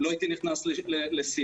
לא הייתי נכנס לשיח.